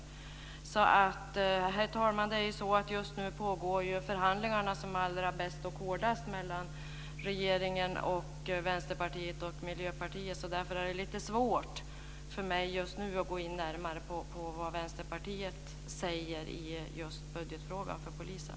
Just nu, herr talman, pågår ju förhandlingarna som allra bäst och allra hårdast mellan regeringen, Vänsterpartiet och Miljöpartiet. Därför är det lite svårt för mig att just nu gå in närmare på vad Vänsterpartiet säger i fråga om budgeten för polisen.